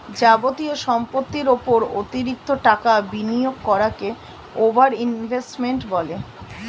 যাবতীয় সম্পত্তির উপর অতিরিক্ত টাকা বিনিয়োগ করাকে ওভার ইনভেস্টিং বলে